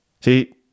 See